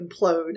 implode